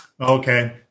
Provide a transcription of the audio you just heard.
Okay